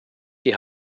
die